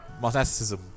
monasticism